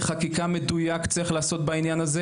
חקיקה מדויק צריך לעשות בעניין הזה